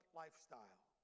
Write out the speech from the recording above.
lifestyle